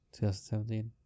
2017